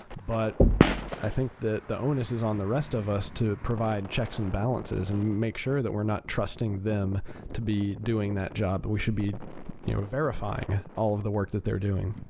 but i think that the onus is on the rest of us to provide checks and balances and make sure that we're not trusting them to be doing that job. we should be you know verifying all of the work that they're doing.